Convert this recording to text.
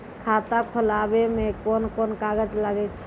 खाता खोलावै मे कोन कोन कागज लागै छै?